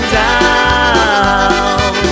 down